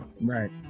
Right